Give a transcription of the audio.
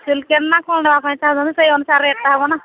silk ନା କ'ଣ ନେବା ପାଇଁ ଚାହୁଁଛନ୍ତି ସେ ଅନୁସାରେ ରେଟ୍ଟା ହେବ ନା